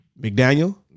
McDaniel